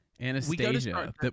Anastasia